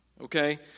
Okay